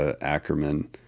Ackerman